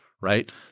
right